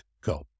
go